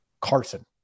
Carson